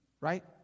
Right